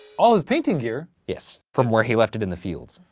all his painting gear? yes. from where he left it in the fields.